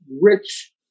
rich